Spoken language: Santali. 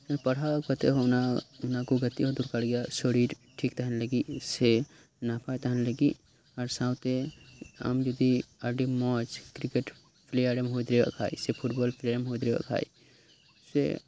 ᱯᱟᱲᱦᱟᱣ ᱠᱟᱛᱮᱫ ᱦᱚᱸ ᱚᱱᱟ ᱚᱱᱟ ᱠᱚ ᱜᱟᱛᱮᱜ ᱦᱚᱸ ᱫᱚᱨᱠᱟᱨ ᱜᱮᱭᱟ ᱥᱚᱨᱤᱨ ᱴᱷᱤᱠ ᱛᱟᱦᱮᱱ ᱞᱟᱜᱤᱫ ᱥᱮ ᱱᱟᱯᱟᱭ ᱛᱟᱦᱮᱱ ᱞᱟᱜᱤᱜ ᱟᱨ ᱥᱟᱶᱛᱮ ᱟᱢ ᱡᱩᱫᱤ ᱟᱰᱤ ᱢᱚᱸᱡᱽ ᱠᱨᱤᱠᱮᱴ ᱯᱞᱮᱭᱟᱨᱮᱢ ᱦᱳᱭ ᱫᱟᱲᱮᱭᱟᱜ ᱠᱷᱟᱱ ᱥᱮ ᱯᱷᱩᱴᱵᱚᱞ ᱯᱞᱮᱭᱟᱨ ᱮᱢ ᱦᱳᱭ ᱫᱟᱲᱮᱭᱟᱜ ᱠᱷᱟᱱ ᱥᱮ